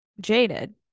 jaded